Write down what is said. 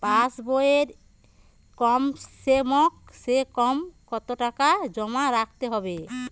পাশ বইয়ে কমসেকম কত টাকা জমা রাখতে হবে?